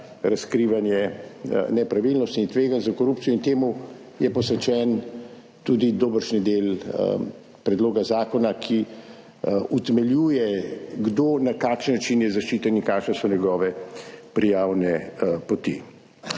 razkrivanje nepravilnosti in tveganj za korupcijo. Temu je posvečen tudi dobršen del predloga zakona, ki utemeljuje, kdo, na kakšen način je zaščiten in kakšne so njegove prijavne poti.